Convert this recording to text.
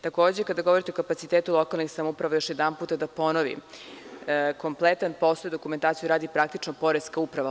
Takođe, kada govorite o kapitacitetu lokalnih samouprava, još jedanput da ponovim, kompletan posed dokumentacije radi praktično Poreska uprava.